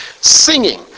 singing